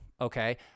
okay